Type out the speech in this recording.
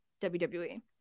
WWE